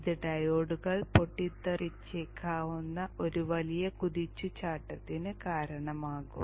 ഇത് ഡയോഡുകൾ പൊട്ടിത്തെറിച്ചേക്കാവുന്ന ഒരു വലിയ കുതിച്ചുചാട്ടത്തിന് കാരണമാകും